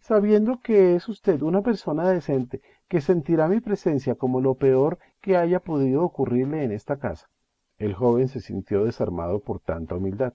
sabiendo que es usted una persona decente que sentirá mi presencia como lo peor que haya podido ocurrirle en esta casa el joven se sintió desarmado por tanta humildad